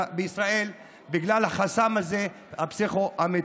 בישראל בגלל החסם הזה של הפסיכומטרי.